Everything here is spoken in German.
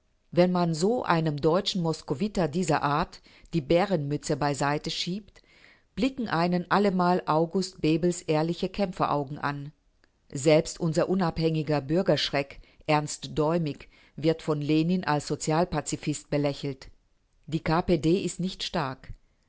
wenn man so einem deutschen moskowiter dieser art die bärenmütze beiseite schiebt blicken einen allemal august bebels ehrliche kämpferaugen an selbst unser unabhängiger bürgerschreck ernst däumig wird von lenin als sozialpazifist belächelt die k p d ist nicht stark